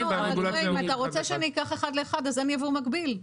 אם אתה רוצה שניקח אחד לאחד, אז אין יבוא מקביל.